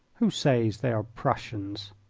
who says they are prussians?